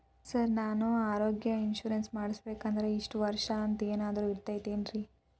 Sir ನಾನು ಆರೋಗ್ಯ insurance ಮಾಡಿಸ್ಬೇಕಂದ್ರೆ ಇಷ್ಟ ವರ್ಷ ಅಂಥ ಏನಾದ್ರು ಐತೇನ್ರೇ?